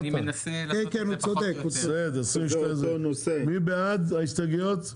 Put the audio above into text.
36. מי בעד ההסתייגויות?